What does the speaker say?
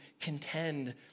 contend